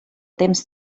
temps